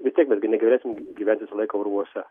vis tiek mes gi negalėsim gyvent visą laiką urvuose